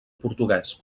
portuguès